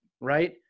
right